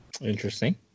Interesting